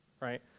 right